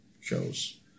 shows